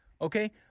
Okay